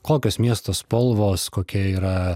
kokios miesto spalvos kokie yra